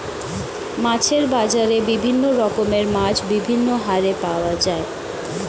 মাছের বাজারে বিভিন্ন রকমের মাছ বিভিন্ন হারে পাওয়া যায়